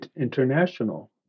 International